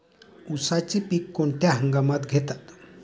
उसाचे पीक कोणत्या हंगामात घेतात?